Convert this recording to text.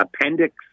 appendix